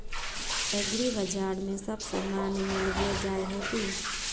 एग्रीबाजार में सब सामान मिलबे जाय है की?